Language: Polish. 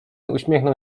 uśmiechnął